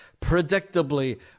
predictably